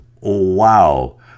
wow